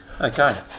Okay